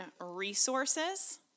Resources